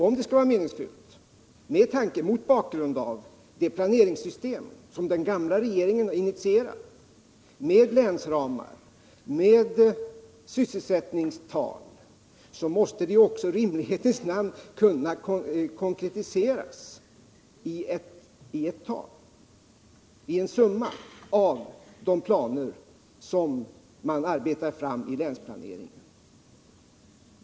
Om det skall vara meningsfullt mot bakgrund av det planeringssystem som den gamla regeringen initierade med länsramar och sysselsättningstal, skulle det i rimlighetens namn kunna konkretiseras i en summa av de planer som man arbetar fram i länsplaneringen.